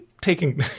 taking